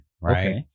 right